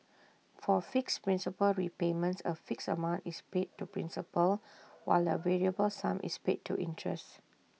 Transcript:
for fixed principal repayments A fixed amount is paid to principal while A variable sum is paid to interest